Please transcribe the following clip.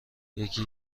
یکی